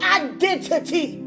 identity